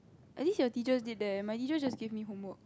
at least your teachers did that eh my teachers just give me homework